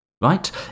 right